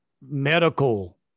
medical